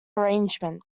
arrangement